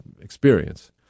experience